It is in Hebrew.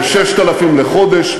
ל-6,000 בחודש.